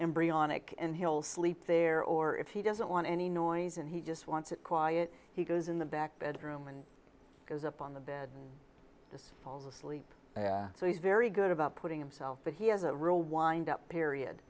embryonic and he'll sleep there or if he doesn't want any noise and he just wants a quiet he goes in the back bedroom and goes up on the bed just falls asleep so he's very good about putting himself but he has a real wind up period